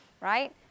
right